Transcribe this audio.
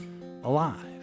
alive